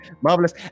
Marvelous